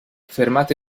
fermate